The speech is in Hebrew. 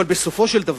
אבל בסופו של דבר,